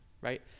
right